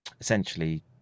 essentially